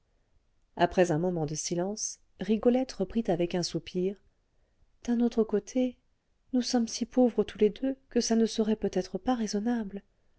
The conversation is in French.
après un moment de silence rigolette reprit avec un soupir d'un autre côté nous sommes si pauvres tous les deux que ça ne serait peut-être pas raisonnable